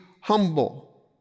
humble